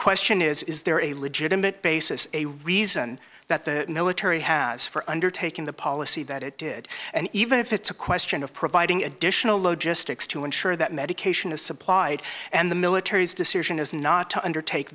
question is is there a legitimate basis a reason that the military has for undertaking the policy that it did and even if it's a question of providing additional low just sticks to ensure that medication is supplied and the military is decision is not to undertake